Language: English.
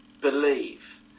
believe